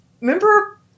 remember